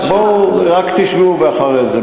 בואו תשמעו, ואחרי זה.